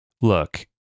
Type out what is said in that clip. look